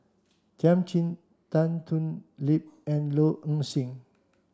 Thiam Chin Tan Thoon Lip and Low Ing Sing